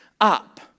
up